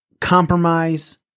compromise